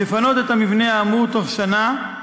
לפנות את המבנה האמור בתוך שנה,